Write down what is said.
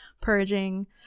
purging